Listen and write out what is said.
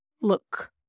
look